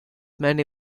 many